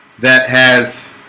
that has